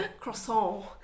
Croissant